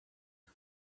you